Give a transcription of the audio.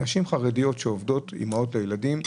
נשים חרדיות שעובדות, אימהות לילדים,